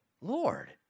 Lord